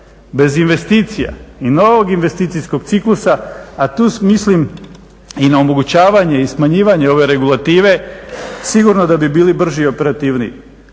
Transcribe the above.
bez investicija i novog investicijskog ciklusa, a tu mislim i na omogućavanje i smanjivanje ove regulative sigurno da bi bili brži i operativniji.